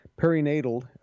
Perinatal